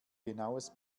genaues